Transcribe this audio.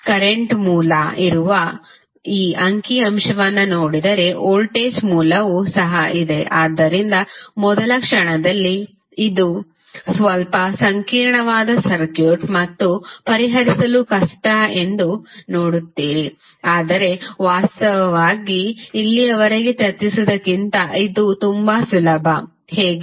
current ಮೂಲ ಇರುವ ಈ ಅಂಕಿ ಅಂಶವನ್ನು ನೋಡಿದರೆ ವೋಲ್ಟೇಜ್ ಮೂಲವೂ ಸಹ ಇದೆ ಆದ್ದರಿಂದ ಮೊದಲ ಕ್ಷಣದಲ್ಲಿ ಇದು ಸ್ವಲ್ಪ ಸಂಕೀರ್ಣವಾದ ಸರ್ಕ್ಯೂಟ್ ಮತ್ತು ಪರಿಹರಿಸಲು ಕಷ್ಟ ಎಂದು ನೋಡುತ್ತೀರಿ ಆದರೆ ವಾಸ್ತವವಾಗಿ ಇಲ್ಲಿಯವರೆಗೆ ಚರ್ಚಿಸಿದ್ದಕ್ಕಿಂತ ಇದು ತುಂಬಾ ಸುಲಭ ಹೇಗೆ